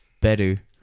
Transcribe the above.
better